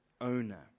owner